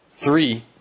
Three